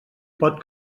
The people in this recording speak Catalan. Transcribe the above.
pot